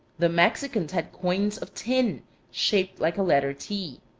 the mexicans had coins of tin shaped like a letter t.